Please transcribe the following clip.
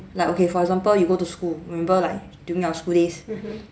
like okay for example you go to school remember like during our school days